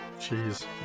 Jeez